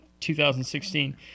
2016